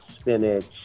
spinach